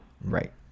Right